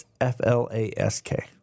F-L-A-S-K